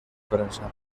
prensa